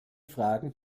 fragen